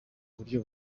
buryo